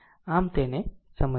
આમ તેને સમજીએ